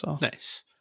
Nice